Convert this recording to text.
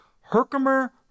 Herkimer